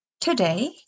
today